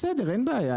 בסדר אין בעיה.